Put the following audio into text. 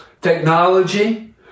technology